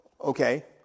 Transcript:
Okay